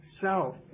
self